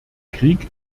krieg